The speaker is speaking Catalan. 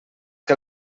que